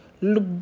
look